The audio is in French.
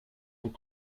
sont